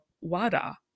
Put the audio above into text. WADA